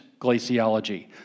glaciology